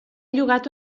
llogat